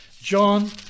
John